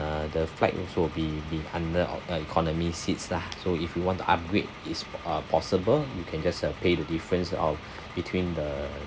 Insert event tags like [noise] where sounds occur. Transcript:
uh the flight also will be be under our uh economy seats lah so if you want to upgrade is po~ uh possible you can just uh pay the difference of [breath] between the